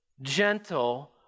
gentle